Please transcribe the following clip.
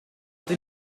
dato